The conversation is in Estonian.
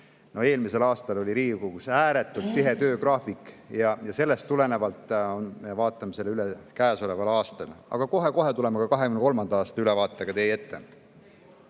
Eelmisel aastal oli Riigikogus ääretult tihe töögraafik ja sellest tulenevalt me vaatame selle üle käesoleval aastal. Aga kohe-kohe tuleme ka 2023. aasta ülevaatega teie